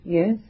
Yes